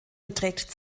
beträgt